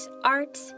art